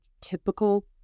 typical